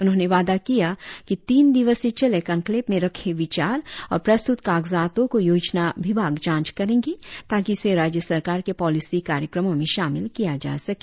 उन्होंने वादा किया कि तीन दिवसीय चले कनक्लेव में रखे विचार और प्रस्तुत कागजातों को योजना विभाग जांच करेंगे ताकि इसे राज्य सरकार के पॉलिसी कार्यक्रमों में शामिल किया जा सके